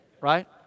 Right